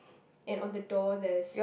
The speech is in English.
and on the door there's